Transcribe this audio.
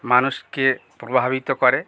মানুষকে প্রভাবিত করে